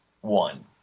one